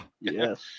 Yes